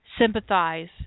sympathize